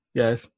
yes